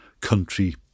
country